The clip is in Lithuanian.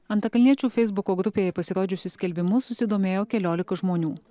antakalniečių feisbuko grupėje pasirodžiusiu skelbimu susidomėjo keliolika žmonių